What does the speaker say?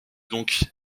donc